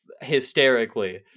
hysterically